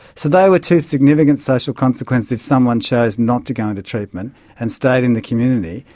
so they were two significant social consequences if someone chose not to go into treatment and stayed in the community,